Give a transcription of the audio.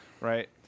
right